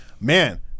man